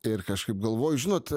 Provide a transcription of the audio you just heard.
ir kažkaip galvoju žinot